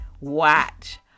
watch